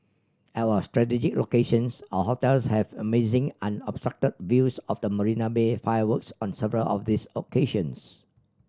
at our strategic locations our hotels have amazing unobstructed views of the Marina Bay fireworks on several of these occasions